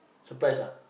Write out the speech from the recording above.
surprise ah